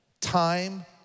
time